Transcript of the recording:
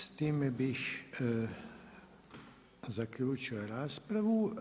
S time bih zaključio raspravu.